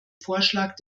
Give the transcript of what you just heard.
vorschlag